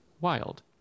wild